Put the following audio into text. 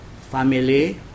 family